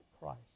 Christ